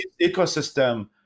ecosystem